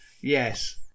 yes